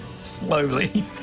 slowly